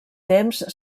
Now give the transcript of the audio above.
temps